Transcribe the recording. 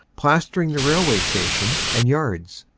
plastering the railway station and yards.